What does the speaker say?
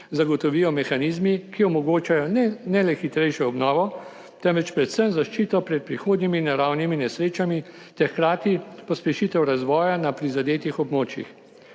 zagotovijo mehanizmi, ki omogočajo ne le hitrejšo obnovo, temveč predvsem zaščito pred prihodnjimi naravnimi nesrečami ter hkrati pospešitev razvoja na prizadetih območjih.